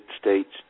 States